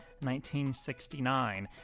1969